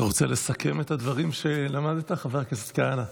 אתה רוצה לסכם את הדברים שלמדת, חבר הכנסת כהנא?